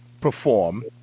perform